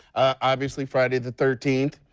obviously, friday the thirteenth.